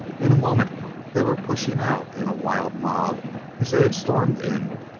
in a moment they were pushing out in a wild mob as they had stormed in.